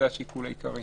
עדיין נושא לדיון אצלנו.